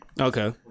okay